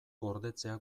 gordetzea